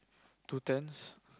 two turns